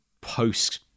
post